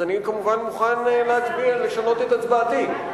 אני כמובן מוכן לשנות את הצבעתי.